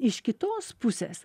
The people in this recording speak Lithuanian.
iš kitos pusės